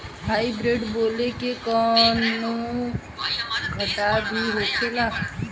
Hybrid बोला के कौनो घाटा भी होखेला?